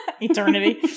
Eternity